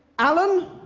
allan?